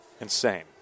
Insane